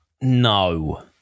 No